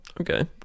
Okay